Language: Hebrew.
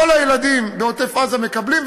כל הילדים בעוטף-עזה מקבלים,